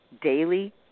daily